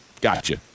gotcha